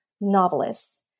novelists